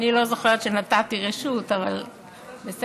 אני לא זוכרת שנתתי רשות, אבל בסדר.